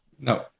No